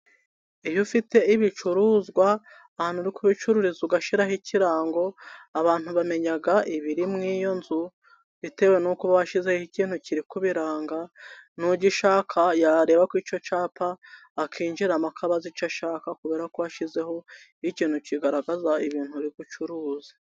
Iyo ufite ibicuruzwa ahantu uri kubicururiza, ugashyiraho ikirango abantu bamenya ibiri muri'iyo nzu, bitewe n'uko washyizeho ikintu kiri kubiranga, ugishaka yareba ku icyo cyapa akinjiramo akaba azi icyo ashaka kubera ko washyizeho ikintu kigaragaza ibintu uri gucuruza.